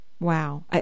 Wow